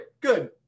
good